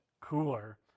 cooler